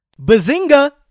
bazinga